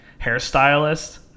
hairstylist